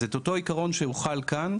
אז אותו עיקרון שהוחל כאן,